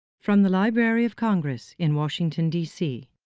from the library of congress in washington, dc.